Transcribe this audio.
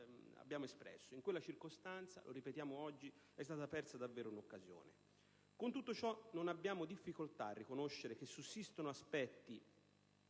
abbiamo espresso: in quella circostanza è stata veramente persa un'occasione. Con tutto ciò, non abbiamo difficoltà a riconoscere che sussistono aspetti